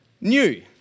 new